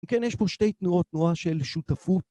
וכן, יש פה שתי תנועות, תנועה של שותפות.